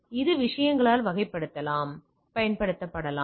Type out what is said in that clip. எனவே இதை விஷயங்களால் பயன்படுத்தலாம்